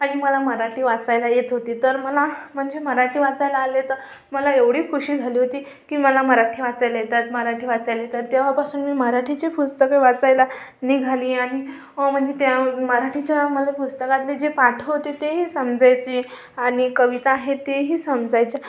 आणि मला मराठी वाचायला येत होते तर मला म्हणजे मराठी वाचायला आले तर मला एवढी खुशी झाली होती की मला मराठी वाचायला येतं मराठी वाचायला येतं तेव्हापासून मी मराठीची पुस्तकं वाचायला निघाली आणि म्हणजे त्या मराठीच्या मला पुस्तकातले जे पाठ होते तेही समजायचे आणि कविता आहे ते ही समजायच्या